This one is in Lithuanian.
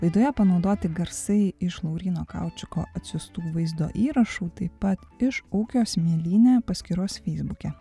laidoje panaudoti garsai iš lauryno kaučiuko atsiųstų vaizdo įrašų taip pat iš ūkio smėlynė paskyros feisbuke